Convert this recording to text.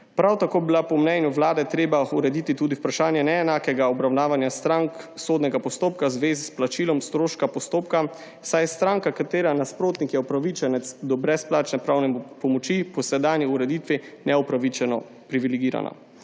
Prav tako bi bilo po mnenju Vlade treba urediti tudi vprašanje neenakega obravnavanja strank sodnega postopka v zvezi s plačilom stroška postopka, saj je stranka, katere nasprotnik je upravičenec do brezplačne pravne pomoči, po sedanji ureditvi neupravičeno privilegirana.